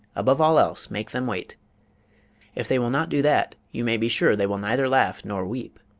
above all else make them wait if they will not do that you may be sure they will neither laugh nor weep.